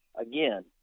again